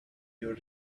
your